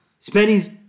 Spenny's